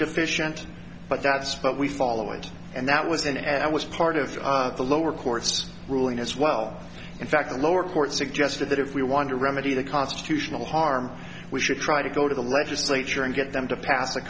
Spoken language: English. deficient but that's what we follow it and that was then and i was part of the lower court's ruling as well in fact the lower court suggested that if we want to remedy the constitutional harm we should try to go to the legislature and get them to pass